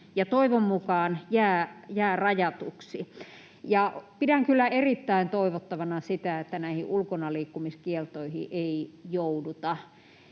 toivon mukaan jäävät rajatuiksi. Pidän kyllä erittäin toivottavana sitä, että näihin ulkonaliikkumiskieltoihin ei jouduta,